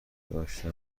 داشتم